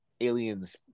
aliens